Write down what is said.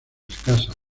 escasa